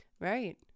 Right